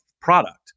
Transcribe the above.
product